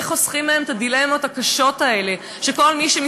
איך חוסכים מהם את הדילמות הקשות האלה,